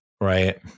Right